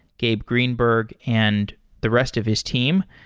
gabe greenberg, and the rest of his team.